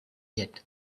yet